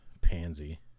pansy